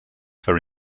for